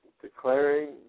declaring